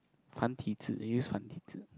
繁体字 they use 繁体字